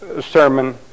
sermon